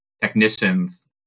technicians